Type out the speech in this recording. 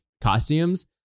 costumes